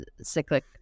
cyclic